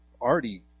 already